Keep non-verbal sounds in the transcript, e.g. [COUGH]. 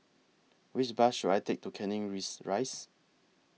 Which Bus should I Take to Canning [UNINTELLIGIBLE] Rise